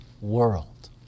world